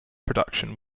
production